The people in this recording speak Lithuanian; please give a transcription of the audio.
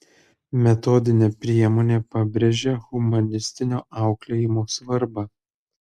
metodinė priemonė pabrėžia humanistinio auklėjimo svarbą